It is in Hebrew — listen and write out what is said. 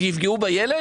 שיפגעו בילד?